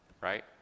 Right